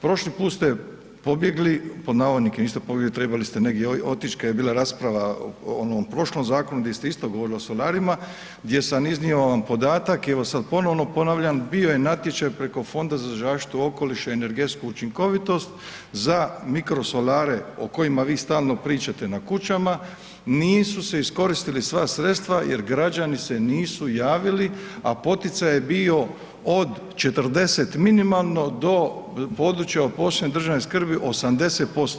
Prošli put ste „pobjegli“, niste pobjegli, trebali ste negdje otić kad je bila rasprava o onom prošlom zakonu di ste isto govorili o solarima, gdje sam iznio vam podatak i evo sad ponovno ponavljam, bo je natječaj preko Fonda za zaštitu okoliša i energetsku učinkovitost za mikrosolare o kojima vi stalno pričate na kućama, nisu se iskoristila sva sredstva jer građani se nisu javili a poticaj je bio od 40 minimalno do područja od posebne državne skrbi, 80%